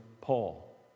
Paul